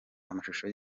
amashusho